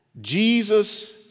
Jesus